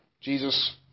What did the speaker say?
Jesus